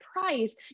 price